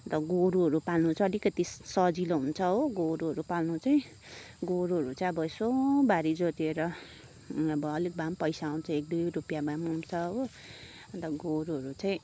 अन्त गोरुहरू पाल्नु चाहिँ अलिकति सजिलो हुन्छ हो गोरुहरू पाल्नु चाहिँ गोरुहरू चाहिँ अब यसो बारी जोतेर अब अलिक भए पनि पैसा हुन्छ एकदुई रुपियाँ भए पनि हुन्छ हो अन्त गोरूहरू चाहिँ